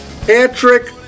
Patrick